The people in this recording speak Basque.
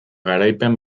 garaipen